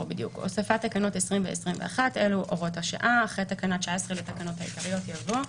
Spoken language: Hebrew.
הוספת תקנות 20 ו-21 אחרי תקנה 19 לתקנות העיקריות יבוא: